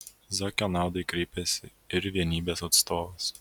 zakio naudai kreipėsi ir vienybės atstovas